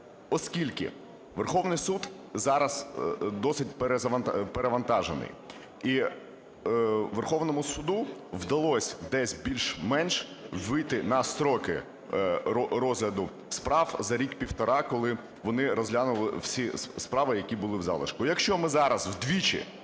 Оскільки Верховний Суд зараз досить перевантажений, і Верховному Суду вдалось десь більш-менш вийти на строки розгляду справ за рік-півтора, коли вони розглянули всі справи, які були в залишку.